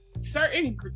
certain